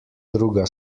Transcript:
druga